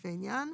לפי העניין,